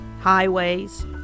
highways